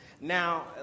Now